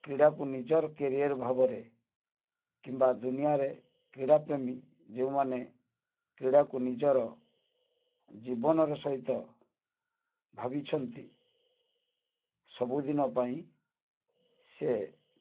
କ୍ରୀଡ଼ାକୁ ନିଜର କେରିଅର ଭାବରେ କିମ୍ବା ଦୁନିଆରେ କ୍ରୀଡ଼ା ପ୍ରେମୀ ଯେଉଁମାନେ କ୍ରୀଡ଼ାକୁ ନିଜର ଜୀବନର ସହିତ ଭାବିଛନ୍ତି ସବୁଦିନ ପାଇଁ ସେ